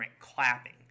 clapping